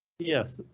yes,